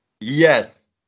Yes